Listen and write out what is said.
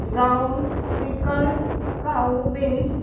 brown speckled cow beans